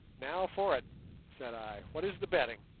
now for it said i. what is the betting?